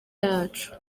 yacu